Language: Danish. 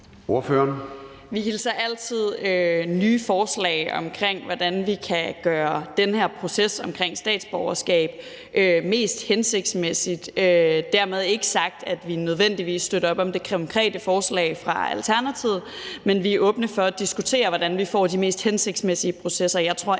Vi hilser altid alle forslag om, hvordan vi kan gøre den her proces omkring statsborgerskab mest hensigtsmæssig, velkommen. Dermed ikke sagt, at vi nødvendigvis støtter op om det konkrete forslag fra Alternativets side, men vi er åbne over for at diskutere, hvordan vi får de mest hensigtsmæssige processer.